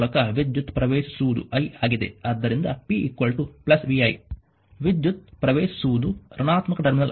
ಆದ್ದರಿಂದ p vi ವಿದ್ಯುತ್ ಪ್ರವೇಶಿಸುವುದು ಋಣಾತ್ಮಕ ಟರ್ಮಿನಲ್ ಆಗಿದೆ p −vi